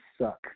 suck